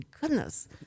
goodness